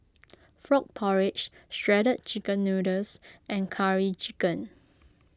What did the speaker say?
Frog Porridge Shredded Chicken Noodles and Curry Chicken